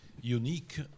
unique